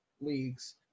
leagues